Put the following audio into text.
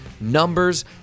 Numbers